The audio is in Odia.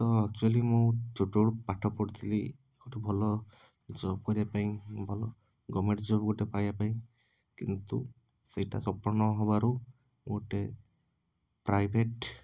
ତ ଆକ୍ଚୁଆଲି ମୁଁ ଛୋଟବେଳୁ ପାଠ ପଢ଼ିଥିଲି ସବୁଠୁ ଭଲ ଜବ୍ କରିବାପାଇଁ ଭଲ ଗଭର୍ଣ୍ଣମେଣ୍ଟ୍ ଜବ୍ ଗୋଟେ ପାଇବାପାଇଁ କିନ୍ତୁ ସେଇଟା ସଫଳ ନ ହେବାରୁ ଗୋଟେ ପ୍ରାଇଭେଟ୍